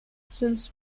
since